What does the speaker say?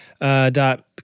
dot